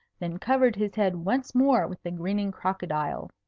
then covered his head once more with the grinning crocodile.